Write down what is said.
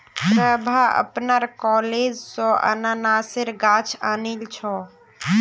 प्रभा अपनार कॉलेज स अनन्नासेर गाछ आनिल छ